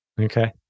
Okay